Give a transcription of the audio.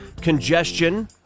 congestion